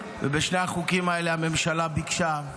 ובשני החוקים האלה הממשלה ביקשה,